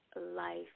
life